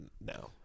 now